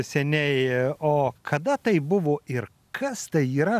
seniai o kada tai buvo ir kas tai yra